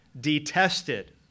detested